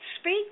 speak